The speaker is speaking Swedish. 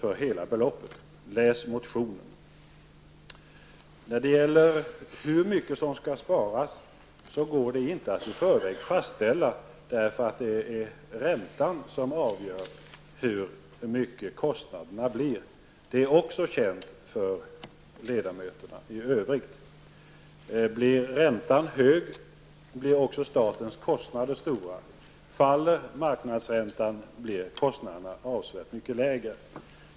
Subventionerna utgår inte för hela beloppet. Läs motionen, Claes Det går inte att i förväg fastställa hur mycket som skall sparas, eftersom det är räntan som avgör hur stora kostnaderna blir. Det är också känt för ledamöterna i övrigt. Om räntan blir hög, blir också statens kostnader stora. Om marknadsräntan faller, blir kostnaderna avsevärt mycket lägre.